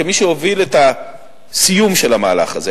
כמי שהוביל את הסיום של המהלך הזה,